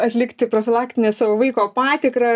atlikti profilaktinę savo vaiko patikrą